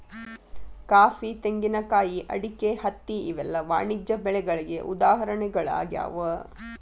coffee, ತೆಂಗಿನಕಾಯಿ, ಅಡಿಕೆ, ಹತ್ತಿ ಇವೆಲ್ಲ ವಾಣಿಜ್ಯ ಬೆಳೆಗಳಿಗೆ ಉದಾಹರಣೆಗಳಾಗ್ಯಾವ